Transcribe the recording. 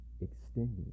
extending